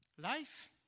life